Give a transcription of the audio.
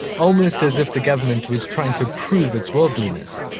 almost as if the government was trying to prove it's worldliness.